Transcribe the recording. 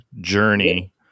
journey